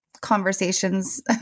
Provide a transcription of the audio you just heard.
conversations